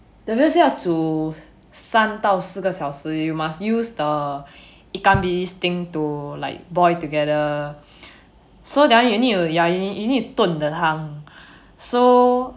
the 很像是要煮三到四个小时 you must use the ikan bilis thing to like boil together so that you need ya you need to 炖 the 汤 so